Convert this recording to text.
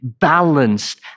balanced